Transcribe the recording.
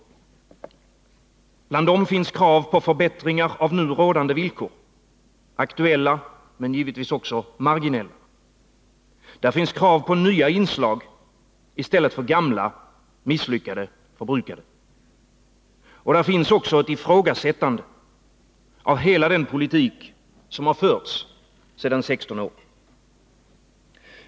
I dessa motioner finns krav på förbättringar av nu rådande villkor, aktuella men givetvis också marginella. Där finns krav på nya inslag, i stället för gamla misslyckade och förbrukade. Där finns också ett ifrågasättande av hela den politik som har förts sedan 16 år tillbaka.